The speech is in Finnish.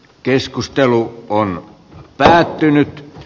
keskustelu on päättynyt